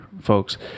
folks